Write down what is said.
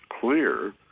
clear